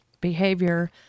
behavior